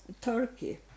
Turkey